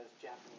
Japanese